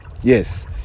yes